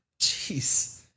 Jeez